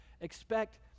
expect